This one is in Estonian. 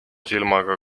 silmaga